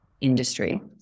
industry